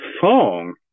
song